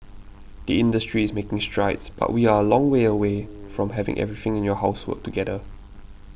the industry is making strides but we are a long way away from having everything in your house work together